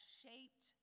shaped